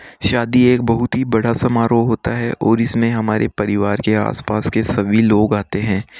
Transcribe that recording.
शादी एक बहुत ही बड़ा समारोह होता है और इसमें हमारे परिवार के आसपास के सभी लोग आते हैं